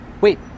Wait